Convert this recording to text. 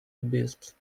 beasts